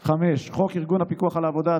5. חוק ארגון הפיקוח על העבודה,